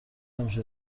همیشه